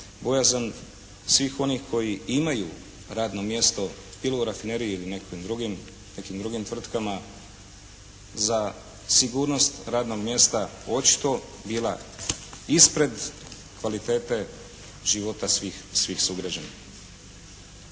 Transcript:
bojazan svih onih koji imaju radno mjesto ili u rafineriji ili u nekim drugim tvrtkama za sigurnost radnog mjesta očito bila ispred kvalitete života svih sugrađanina.